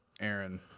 Aaron